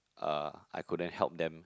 uh I couldn't help them